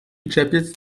czepiec